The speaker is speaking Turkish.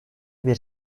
bir